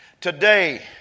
Today